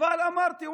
אמרתי,